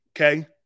Okay